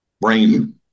brain